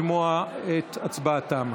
לשמוע את הצבעתם.